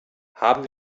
haben